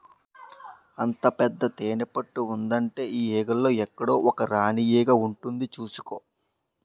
అంత పెద్ద తేనెపట్టు ఉందంటే ఆ ఈగల్లో ఎక్కడో ఒక రాణీ ఈగ ఉంటుంది చూసుకో